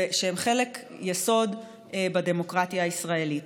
שהן חלק יסוד בדמוקרטיה הישראלית.